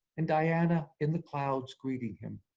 and diana, in the clouds greeting him.